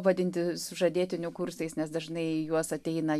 vadinti sužadėtinių kursais nes dažnai į juos ateina